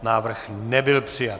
Návrh nebyl přijat.